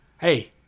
hey